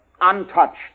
Untouched